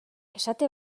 esate